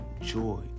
joy